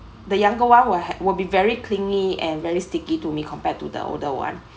the younger one will will be very clingy and very sticky to me compared to the older one